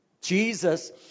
Jesus